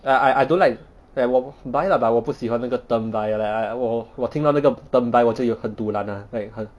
ya I I don't like that 我 bisexual lah but 我不喜欢那个 term bisexual lah 我我听到那个 term bisexual 我就很 dulan lah like 很